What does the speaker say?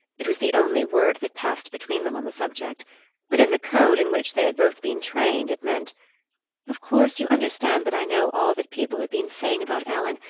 it was the only word that passed between them on the subject but in the code in which they had both been trained it meant of course you understand that i know all that people have been saying about ellen,